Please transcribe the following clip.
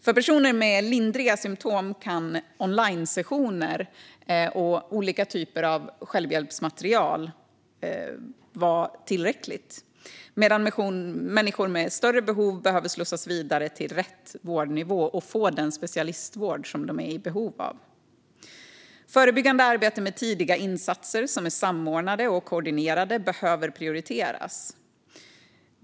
För personer med lindriga symptom kan onlinesessioner och olika typer av självhjälpsmaterial vara tillräckligt, medan människor med större behov behöver slussas vidare till rätt vårdnivå och få rätt specialistvård. Förebyggande arbete med tidiga insatser som är samordnade och koordinerade behöver prioriteras.